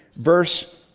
verse